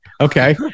Okay